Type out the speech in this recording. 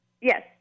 Yes